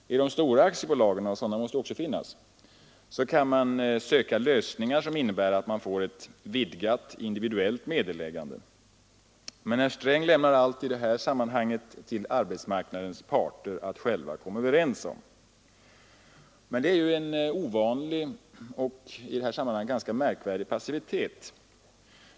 I de stora aktiebolagen — sådana måste ju också finnas — kan man söka lösningar som innebär att man får ett vidgat individuellt meddelägande. Men herr Sträng lämnar allt i detta sammanhang till arbetsmarknadens parter att själva komma överens om. Det är en ovanlig och märkvärdig passivitet.